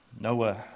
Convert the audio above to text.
Noah